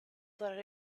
that